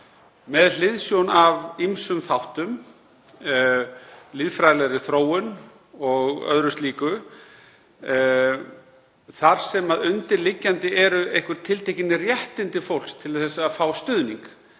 með hliðsjón af ýmsum þáttum, lýðfræðilegri þróun og öðru slíku þar sem undirliggjandi eru einhver tiltekin réttindi fólks til að fá stuðning.